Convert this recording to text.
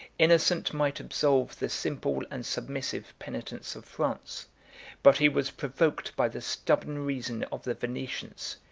innocent might absolve the simple and submissive penitents of france but he was provoked by the stubborn reason of the venetians,